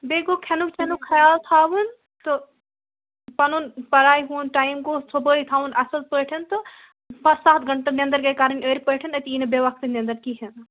بیٚیہِ گوٚو کھیٚنُک چیٚنُک خیال تھاوُن تہٕ پَنُن پڑایہِ ہنٛد ٹایم گو صُبحاے تھاوُن اصل پٲٹھیٚن تہٕ پتہٕ سَتھ گھنٹہٕ نِندٕرگٔے کَرٕن أرٕۍ پٲٹِھیٚن اَتِی ییٖنٕہ بے وقتہٕ نِندٕرکہیٚنہ